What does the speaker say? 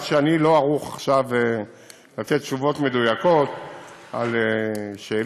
שאני לא ערוך עכשיו לתת תשובות מדויקות על שאלות,